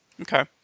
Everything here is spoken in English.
okay